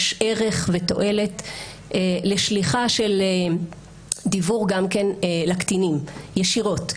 יש ערך ותועלת לשליחה של דיוור גם כן לקטינים ישירות,